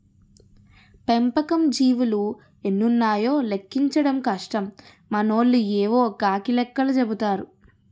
పెంపకం జీవులు ఎన్నున్నాయో లెక్కించడం కష్టం మనోళ్లు యేవో కాకి లెక్కలు చెపుతారు